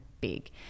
big